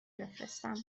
بفرستم